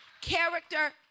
character